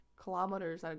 Kilometers